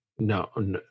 no